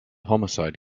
homicide